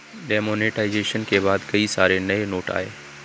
demonetisation के बाद कई सारे नए नोट आये